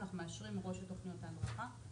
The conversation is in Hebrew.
אנחנו מאשרים מראש את תוכניות ההדרכה.